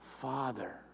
Father